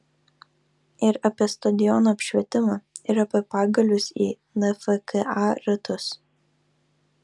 ir apie stadionų apšvietimą ir apie pagalius į nfka ratus